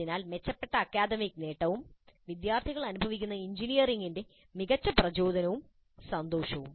അതിനാൽ മെച്ചപ്പെട്ട അക്കാദമിക് നേട്ടവും വിദ്യാർത്ഥികൾ അനുഭവിക്കുന്ന എഞ്ചിനീയറിംഗിന്റെ മികച്ച പ്രചോദനവും സന്തോഷവും